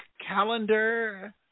calendar